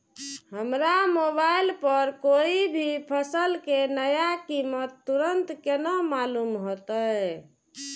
हमरा मोबाइल पर कोई भी फसल के नया कीमत तुरंत केना मालूम होते?